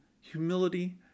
humility